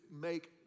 make